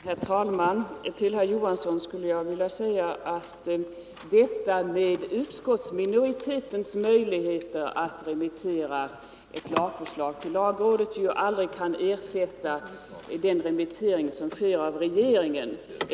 Herr talman! Jag vill säga till herr Johansson i Trollhättan att utskottsminoritetens möjligheter att remittera ett lagförslag till lagrådet ju aldrig kan ersätta den remittering som regeringen gör.